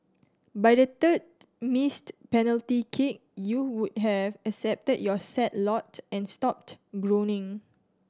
by the third missed penalty kick you would have accepted your sad lot and stopped groaning